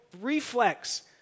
reflex